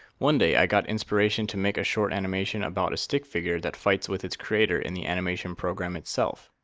one day, i got inspiration to make a short animation about a stick figure that fights with its creator in the animation program itself.